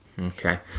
Okay